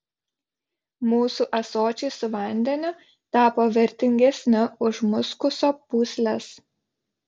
mūsų ąsočiai su vandeniu tapo vertingesni už muskuso pūsles